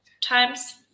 times